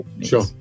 sure